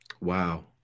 Wow